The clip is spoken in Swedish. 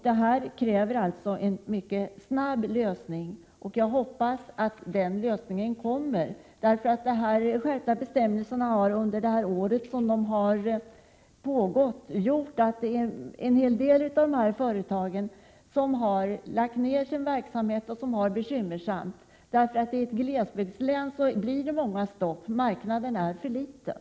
Det krävs en mycket snabb lösning, och jag hoppas att den verkligen kommer. De skärpta bestämmelserna har medfört att en hel del av dessa företag under året har lagt ner sin verksamhet och haft det bekymmersamt. I ett glesbygdslän blir det många stopp. Marknaden är för liten.